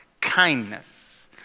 kindness